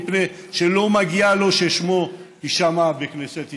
מפני שלא מגיע לו ששמו יישמע בכנסת ישראל,